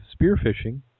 spearfishing